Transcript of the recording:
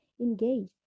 Engage